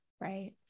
Right